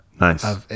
nice